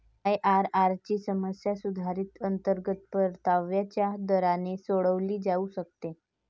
IRR ची समस्या सुधारित अंतर्गत परताव्याच्या दराने सोडवली जाऊ शकते